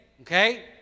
okay